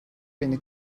beni